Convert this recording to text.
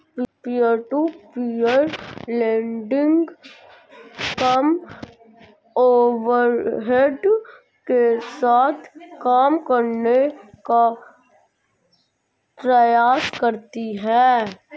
peer to peer lending कम overhead के साथ काम करने का प्रयास करती हैं